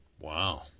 Wow